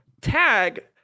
Tag